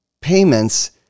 payments